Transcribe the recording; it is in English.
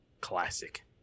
Classic